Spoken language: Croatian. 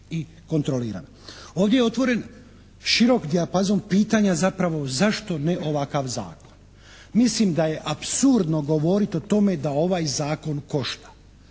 i kontrolirana. Ovdje je otvoren širok dijapazon pitanja zapravo zašto ne ovakav zakon. Mislim da je apsurdno govoriti o tome da ovaj zakon košta.